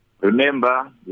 Remember